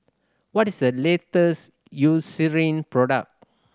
what is the latest Eucerin product